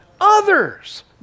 Others